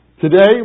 Today